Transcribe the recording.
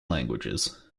languages